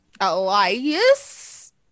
Elias